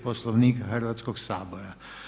Poslovnika Hrvatskog sabora.